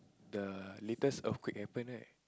the latest earthquake happened right